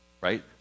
right